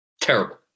Terrible